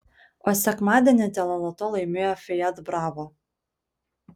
o sekmadienį teleloto laimėjo fiat bravo